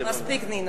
מספיק נינו,